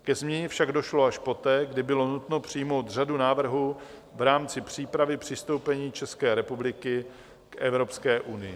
Ke změně však došlo až poté, kdy bylo nutno přijmout řadu návrhů v rámci přípravy přistoupení České republiky k Evropské unii.